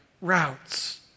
routes